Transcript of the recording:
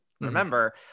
remember